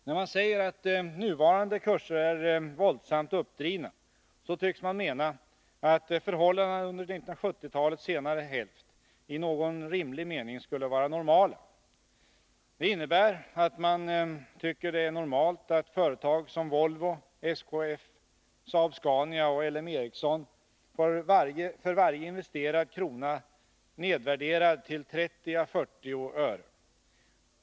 När man säger att nuvarande kurser är våldsamt uppdrivna, tycks man mena att förhållandena under 1970-talets senare hälft i någon rimlig mening skulle vara normala. Det innebär att man tycker att det är normalt att företag som Volvo, SKF, Saab-Scania och L M Ericsson får varje investerad krona nedvärderad till 30 å 40 öre.